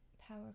Power